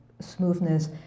smoothness